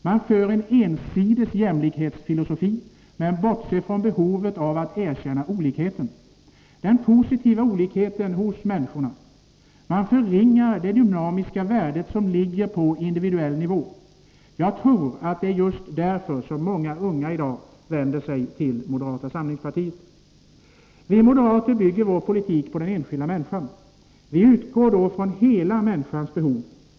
Man för fram en ensidig jämlikhetsfilosofi, men bortser från batt behovet av att erkänna olikheten — den positiva olikheten hos oss människor. Man förringar det dynamiska värde som ligger på individuell nivå. Jag tror att det är just därför som många unga i dag vänder sig till moderata samlingspartiet. Vi moderater bygger vår politik på den enskilda människan. Vi utgår då från hela människans behov.